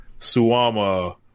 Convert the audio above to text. Suama